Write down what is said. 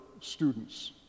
students